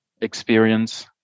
experience